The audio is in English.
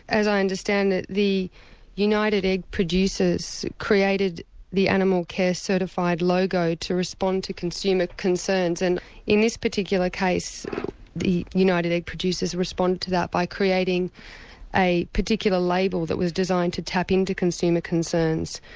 as i understand it, the united egg producers created the animal care certified logo to respond to consumer concerns, and in this particular case united egg producers responded to that by creating a particular label that was designed to tap in to consumer concerns.